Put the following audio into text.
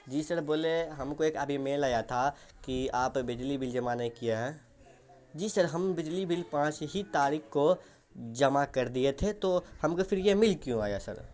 جی sir بولے ہم کو ایک ابھی میل آیا تھا کہ آپ بجلی بل جمع نہیں کیے ہیں جی سر ہم بجلی بل پانچ ہی تاریخ کو جمع کر دیے تھے تو ہم کو پھر یہ میل کیوں آیا سر